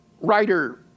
writer